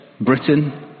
Britain